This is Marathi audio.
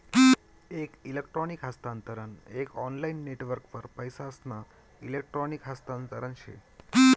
एक इलेक्ट्रॉनिक हस्तांतरण एक ऑनलाईन नेटवर्कवर पैसासना इलेक्ट्रॉनिक हस्तांतरण से